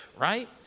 right